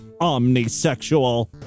Omnisexual